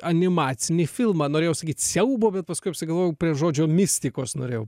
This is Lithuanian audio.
animacinį filmą norėjau sakyt siaubo bet paskui apsigalvojau prie žodžio mistikos norėjau